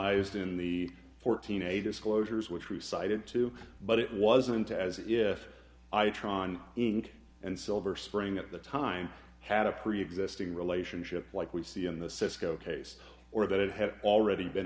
d in the fourteen a disclosures which we cited too but it wasn't as if i try on ink and silver spring at the time had a preexisting relationship like we see in the cisco case or that it had already been